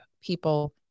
people